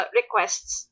requests